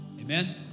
Amen